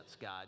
God